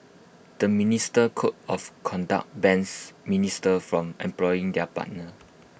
the ministerial code of conduct bans ministers from employing their partner